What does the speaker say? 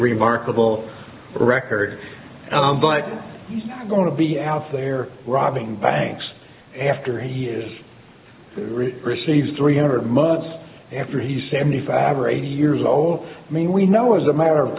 remarkable record but he's going to be out there robbing banks after he received three hundred months after he's seventy five or eighty years old i mean we know as a matter of